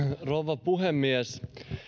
rouva puhemies